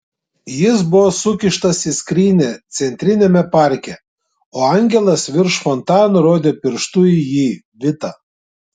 jis buvo sukištas į skrynią centriniame parke o angelas virš fontano rodė pirštu į jį vitą